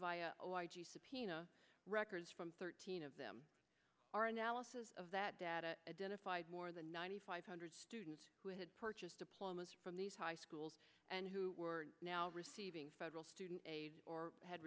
subpoena records from thirteen of them are analysis of that data identified more than ninety five hundred students who had purchased diplomas from these high schools and who were now receiving federal student aid or had